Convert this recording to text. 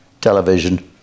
Television